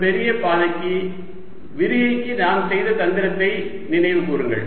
ஒரு பெரிய பாதைக்கு விரிகைக்கு நாம் செய்த தந்திரத்தை நினைவுகூருங்கள்